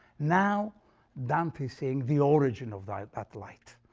now dante's seeing the origin of that that light,